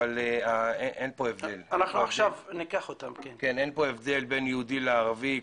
אבל אין פה הבדל בין יהודי לערבי.